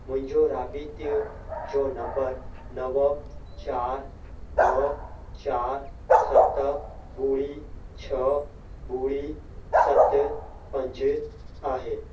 मुहिंजो राबितियो जो नम्बर नव चारि ॿ चारि सत ॿुड़ी छह ॿुड़ी सतु पंज आहे